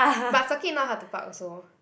but circuit not hard to park also